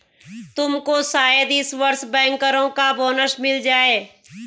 तुमको शायद इस वर्ष बैंकरों का बोनस मिल जाए